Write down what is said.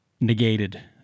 negated